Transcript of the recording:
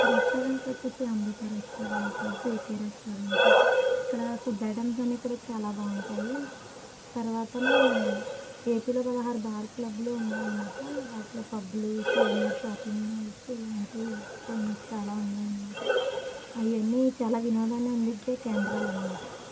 రెస్టారెంట్లు వచ్చి Amrutha restaurant JK restaurant ఇక్కడ ఫుడ్ ఐటమ్స్ అన్నీ కూడా చాలా బాగుంటాయి తర్వాత ఏపిలో పదహారు బారు క్లబ్బులు ఉన్నాయన్నమాట వాటిలో పబ్బులు వచ్చి సిఎంఆర్ షాప్పింగ్ మాల్ లాంటివి చాలా ఉన్నాయన్నమాట అవన్నీ చాలా వినోదాన్ని అందించే కేంద్రాలన్నమాట